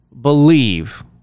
believe